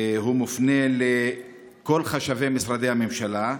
והוא מופנה לכל חשבי משרדי הממשלה,